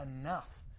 enough